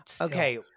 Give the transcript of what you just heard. Okay